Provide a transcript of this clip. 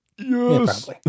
Yes